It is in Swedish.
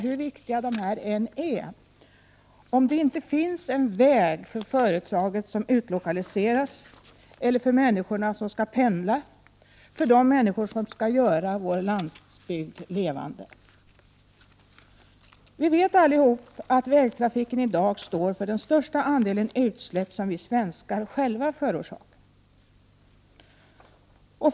hur viktiga de än är, om det inte finns en väg för det företag som utlokaliseras eller för människorna som skall pendla, för de människor som skall göra vår landsbygd levande. Vi vet allihop att vägtrafiken i dag står för den största andelen av de utsläpp som vi svenskar förorsakar.